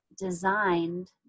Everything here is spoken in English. designed